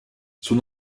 son